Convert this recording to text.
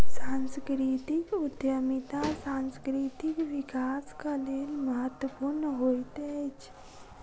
सांस्कृतिक उद्यमिता सांस्कृतिक विकासक लेल महत्वपूर्ण होइत अछि